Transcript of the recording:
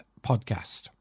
podcast